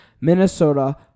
minnesota